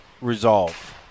resolve